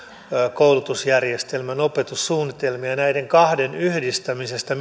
koulutusjärjestelmän opetussuunnitelmia ja näiden kahden yhdistämisestä